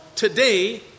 Today